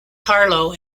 carlo